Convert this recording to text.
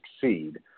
succeed